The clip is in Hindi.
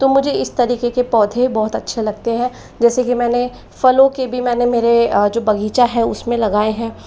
तो मुझे इस तरीके के पौधे बहुत अच्छे लगते हैं जैसे कि मैंने फलों के भी मैंने मेरे जो बगीचा है उसमें लगाए हैं